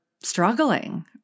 struggling